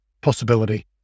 possibility